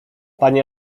panie